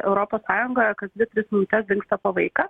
europos sąjungoje kas dvi tris minutes dingsta po vaiką